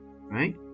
right